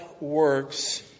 works